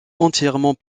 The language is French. entièrement